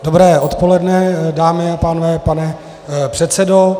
Dobré odpoledne, dámy a pánové, pane předsedo.